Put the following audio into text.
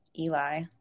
eli